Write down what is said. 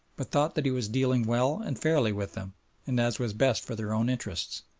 but thought that he was dealing well and fairly with them and as was best for their own interests.